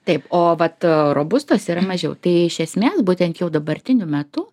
taip o vat a robustos yra mažiau tai iš esmės būtent jau dabartiniu metu